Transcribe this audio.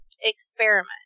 experiment